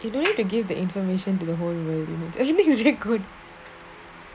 you don't need to give the information to the whole world it you think its actually good